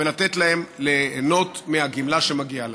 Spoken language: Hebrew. ולתת להם ליהנות מהגמלה שמגיעה להם.